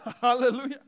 Hallelujah